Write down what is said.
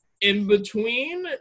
in-between